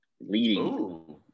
Leading